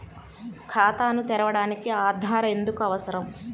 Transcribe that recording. ఖాతాను తెరవడానికి ఆధార్ ఎందుకు అవసరం?